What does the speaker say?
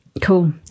Cool